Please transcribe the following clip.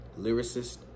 lyricist